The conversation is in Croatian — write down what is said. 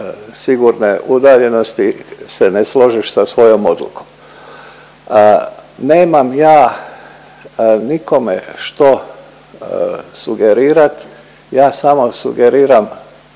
sigurne udaljenosti se ne složiš sa svojom odlukom. Nemam ja nikome što sugerirat, ja samo sugeriram